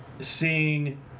seeing